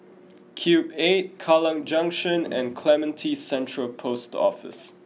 Cube eight Kallang Junction and Clementi Central Post Office